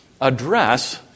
address